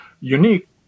unique